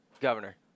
governor